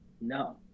No